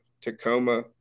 Tacoma